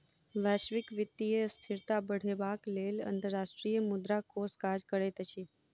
वैश्विक वित्तीय स्थिरता बढ़ेबाक लेल अंतर्राष्ट्रीय मुद्रा कोष काज करैत अछि